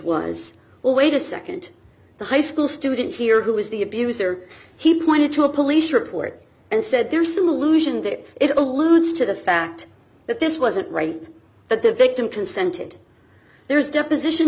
was well wait a nd the high school student here who was the abuser he pointed to a police report and said there is some allusion that it alludes to the fact that this wasn't right but the victim consented there is deposition